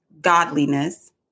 godliness